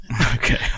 Okay